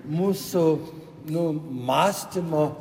mūsų nu mąstymo